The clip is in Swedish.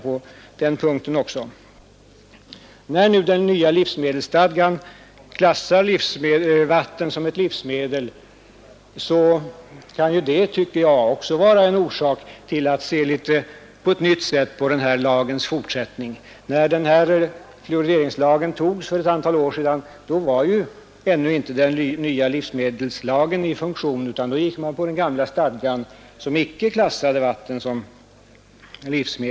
När fluorideringslagen antogs för ett antal år sedan var ännu inte den nya livsmedelslagen i funktion. Då tillämpade vi den gamla stadgan, som inte klassade vattnet som livsmedel. När nu den nya livsmedelslagen klassar vatten som ett livsmedel kan också detta vara en orsak för oss att se på fluorideringslagens vara eller icke vara på ett nytt sätt.